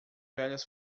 velhas